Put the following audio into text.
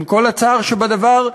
עם כל הצער שבדבר,